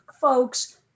Folks